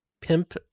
pimp